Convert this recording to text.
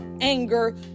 anger